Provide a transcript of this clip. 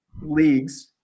leagues